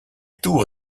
tour